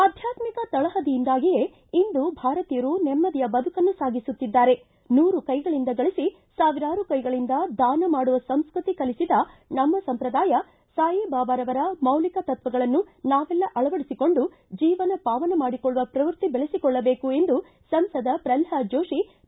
ಆಧ್ಯಾತ್ಮಿಕ ತಳಹದಿಯಿಂದಾಗಿಯೇ ಇಂದು ಭಾರತೀಯರು ನೆಮ್ಮದಿಯ ಬದುಕನ್ನು ಸಾಗಿಸುತ್ತಿದ್ದಾರೆ ನೂರು ಕೈಗಳಿಂದ ಗಳಿಸಿ ಸಾವಿರಾರು ಕೈಗಳಿಂದ ದಾನ ಮಾಡುವ ಸಂಸ್ಕೃತಿ ಕಲಿಸಿದ್ ನಮ್ಮ ಸಂಪ್ರದಾಯ ಸಾಯಿ ಬಾಬಾರವರ ಮೌಲಿಕ ತತ್ವಗಳನ್ನು ನಾವೆಲ್ಲ ಅಳವಡಿಸಿಕೊಂಡು ಜೀವನ ಪಾವನ ಮಾಡಿಕೊಳ್ಳುವ ಪ್ರವೃತ್ತಿ ಬೆಳೆಸಿಕೊಳ್ಳಬೇಕು ಎಂದು ಸಂಸದ ಪ್ರಲ್ನಾದ ಜೋಶಿ ಹೇಳಿದ್ದಾರೆ